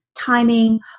timing